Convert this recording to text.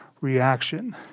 reaction